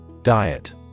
Diet